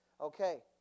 Okay